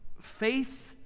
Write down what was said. faith